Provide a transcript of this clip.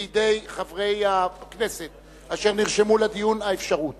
נתונה בידי חברי הכנסת אשר נרשמו לדיון האפשרות